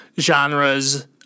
genres